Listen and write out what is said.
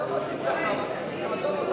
זה לא מתאים לך, אבל תעזוב אותנו,